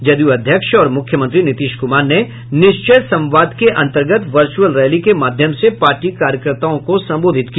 जदयू अध्यक्ष और मुख्यमंत्री नीतीश कुमार ने निश्चय संवाद के अंतर्गत वर्च्रअल रैली के माध्यम से पार्टी कार्यकर्ताओं को संबोधित किया